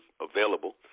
available